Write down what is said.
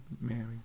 Mary